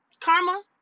Karma